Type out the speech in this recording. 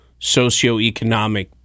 socioeconomic